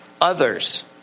others